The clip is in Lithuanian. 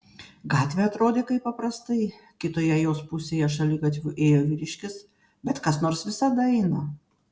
gatvė atrodė kaip paprastai kitoje jos pusėje šaligatviu ėjo vyriškis bet kas nors visada eina